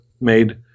made